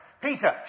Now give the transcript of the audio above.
Peter